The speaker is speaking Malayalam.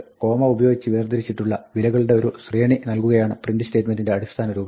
കോമ ഉപയോഗിച്ച് വേർതിരിച്ചിട്ടുള്ള വിലകളുടെ ഒരു ശ്രേണി നൽകുകയാണ് പ്രിന്റ് സ്റ്റേറ്റ്മെന്റിന്റെ അടിസ്ഥാന രൂപം